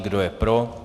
Kdo je pro?